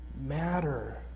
matter